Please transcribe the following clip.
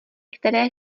které